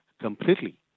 completely